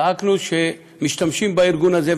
זעקנו שמשתמשים בארגון הזה.